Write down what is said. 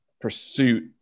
pursuit